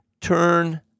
Turn